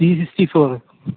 B sixty four